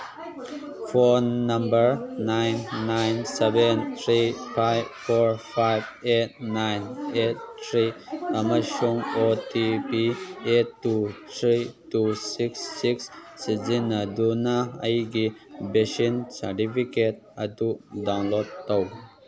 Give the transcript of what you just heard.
phone number nine nine seven three five four five eight nine eight three ꯑꯃꯁꯨꯡ O T P eight two three two six six ꯁꯤꯖꯤꯟꯅꯗꯨꯅ ꯑꯩꯒꯤ vaccine certificate ꯑꯗꯨ download ꯇꯧ